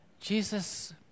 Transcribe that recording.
Jesus